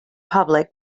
public